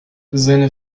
seine